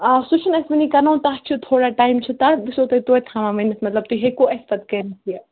آ سُہ چھُنہٕ اَسہِ وٕنی کَران تَتھ چھُ تھوڑا ٹایم چھُ تَتھ بہٕ چھو تۄہہِ توتہِ تھاوان ؤنِتھ مطلب تُہۍ ہیٚکو اَسہِ پَتہٕ کٔرِتھ یہِ